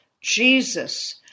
Jesus